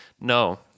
No